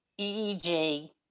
EEG